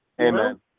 Amen